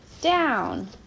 down